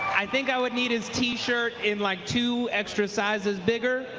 i think i would need his t-shirt in like two extra sizes bigger.